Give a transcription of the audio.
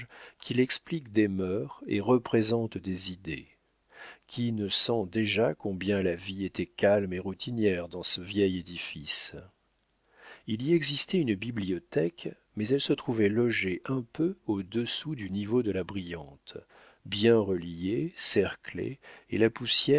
qu'il explique des mœurs et représente des idées qui ne sent déjà combien la vie était calme et routinière dans ce vieil édifice il y existait une bibliothèque mais elle se trouvait logée un peu au-dessous du niveau de la brillante bien reliée cerclée et la poussière